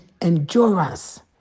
endurance